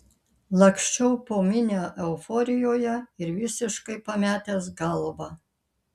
laksčiau po minią euforijoje ir visiškai pametęs galvą